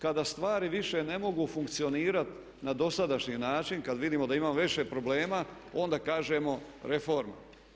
Kada stvari više ne mogu funkcionirati na dosadašnji način, kad vidimo da imamo više problema onda kažemo reforma.